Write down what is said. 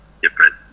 different